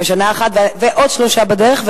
ועוד שלושה בדרך,